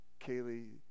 Kaylee